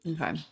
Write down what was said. Okay